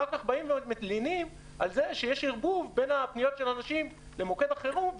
אחר-כך באים ומלינים על זה שיש ערבוב בין הפניות של אנשים למוקד החירום,